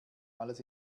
alles